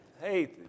Hey